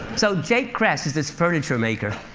so jake cress is this furniture maker,